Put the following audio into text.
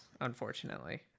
Unfortunately